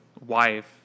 wife